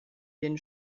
den